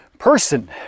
person